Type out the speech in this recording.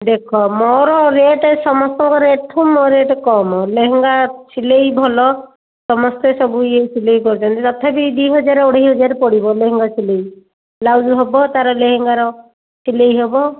ଦେଖ ମୋର ରେଟ୍ ସମସ୍ତଙ୍କ ରେଟ୍ଠୁ ମୋର ରେଟ୍ କମ୍ ଲେହେଙ୍ଗା ସିଲେଇ ଭଲ ସମସ୍ତେ ସବୁ ଇଏ ସିଲେଇ କରିଛନ୍ତି ତଥାପି ଦୁଇହଜାର ଅଢ଼େଇହଜାର ପଡ଼ିବ ଲେହେଙ୍ଗା ସିଲେଇ ବ୍ଲାଉଜ୍ ହେବ ତା'ର ଲେହେଙ୍ଗାର ସିଲେଇ ହେବ